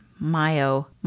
Mayo